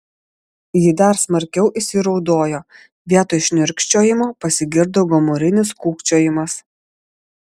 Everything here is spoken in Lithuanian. ji dar smarkiau įsiraudojo vietoj šniurkščiojimo pasigirdo gomurinis kūkčiojimas